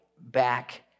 back